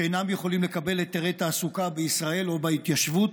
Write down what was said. שאינם יכולים לקבל היתרי תעסוקה בישראל או בהתיישבות?